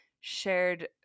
shared